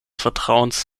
vertrauens